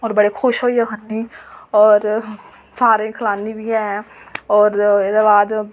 और बडे खुश होई खन्नी और सारें गी खलान्नी बी आं और ऐहदे बाद